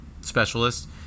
specialist